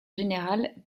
général